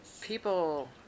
People